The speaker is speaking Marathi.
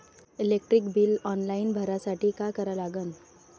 इलेक्ट्रिक बिल ऑनलाईन भरासाठी का करा लागन?